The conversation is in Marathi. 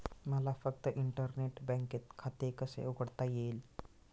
मला फक्त इंटरनेट बँकेत खाते कसे उघडता येईल?